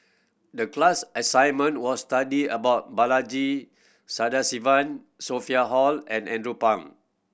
the class assignment was study about Balaji Sadasivan Sophia Hull and Andrew Phang